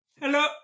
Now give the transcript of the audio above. Hello